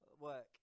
work